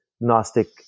Gnostic